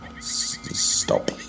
Stop